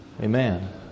Amen